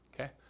okay